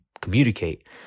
communicate